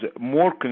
more